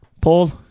Paul